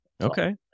Okay